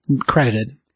Credited